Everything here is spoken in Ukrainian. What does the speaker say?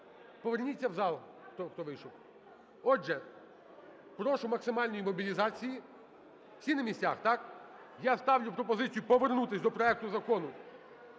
поверніться в зал, хто вийшов. Отже, прошу максимальної мобілізації. Всі на місцях, так? Я ставлю пропозицію повернутись до проекту Закону